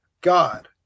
God